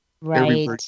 Right